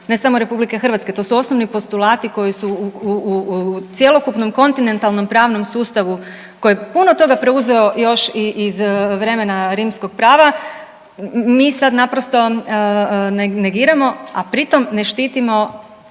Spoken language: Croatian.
ne samo RH to su osnovni postulati koji su u cjelokupnom kontinentalnom pravnom sustavu koji je puno toga preuzeo još iz vremena rimskog prava mi sad naprosto negiramo, a pri tom ne štitimo